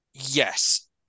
Yes